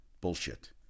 Bullshit